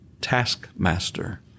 taskmaster